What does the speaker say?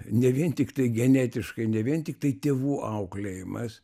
ne vien tiktai genetiškai ne vien tiktai tėvų auklėjimas